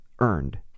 Earned